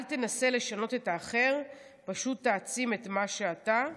אל תנסה לשנות את האחר, פשוט תעצים את מה שאתה.